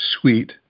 sweet